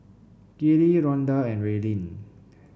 Kiley Ronda and Raelynn